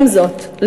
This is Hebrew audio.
עם זאת,